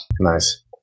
nice